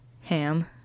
Ham